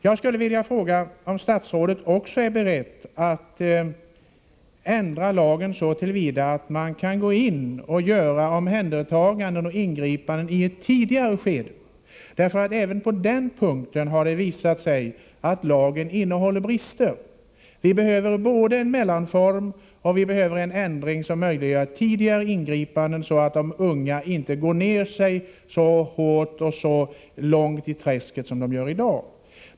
Jag skulle vilja fråga om statsrådet också är beredd att ändra lagen så till vida att man kan gå in och göra omhändertaganden och ingripanden i ett tidigare skede. Även på den punkten har det nämligen visat sig att lagen innehåller brister. Vi behöver både en mellanform och en ändring som möjliggör tidigare ingripanden, så att de unga inte går ner sig så djupt i träsket som de gör i dag.